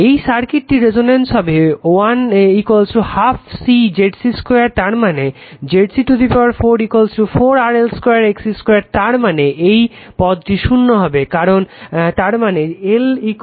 এই সার্কিটটি রেসনেন্স হবে l 12 C ZC 2 তার মানে যদি ZC 4 4 RL 2 XC 2 তার মানে এই পদটি শূন্য হবে তার মানে L 12 C ZC 2